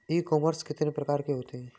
E commerce कितने प्रकार के होते हैं?